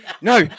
No